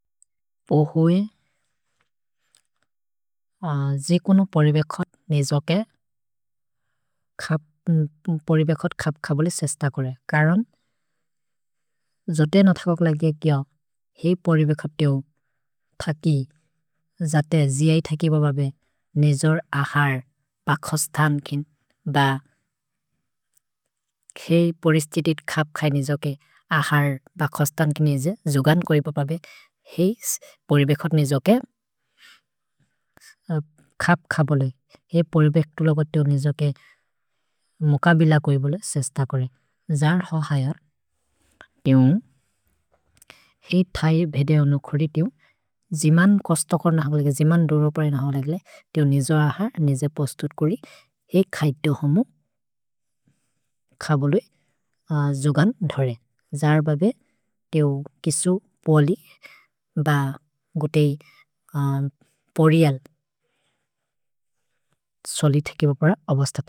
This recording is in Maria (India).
ओ हुइ जि कुनो परिबेखत् निजोके परिबेखत् खप् खबोले सेश्त कुरे। करन् जोते न थकक् लगे किय ही परिबेखत् तेओ थकि जाते जि ऐ थकि बबबे निजोर् अहर् ब खस्तन् किन् ब खेइ परिस्तितित् खप् खै निजोके अहर् ब खस्तन् किन् निजे जुगन् कोइ बबबे ही परिबेखत् निजोके खप् खबोले ही परिबेखत् तोलो ब तेओ निजोके मुकबिल कोइ बोले सेश्त कुरे। जार् हो हैर् तेओ ही थै भेदेओनु खोरि तेओ जिमन् कस्त कर्न अहलगे, जिमन् दोरोपने अहलगे ले तेओ निजोर् अहर्, निजे पस्तुत् कोरि, ही खै तेओ होमु खबोले जुगन् धरे। जार् बबे तेओ किशु पोलि ब गोतेइ पोरिअल् सोलिथ् केव पर अवस्तत्।